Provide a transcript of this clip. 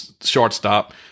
shortstop